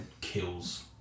kills